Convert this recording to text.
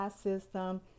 system